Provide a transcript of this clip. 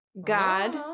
God